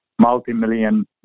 multi-million